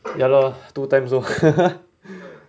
ya lor two time lor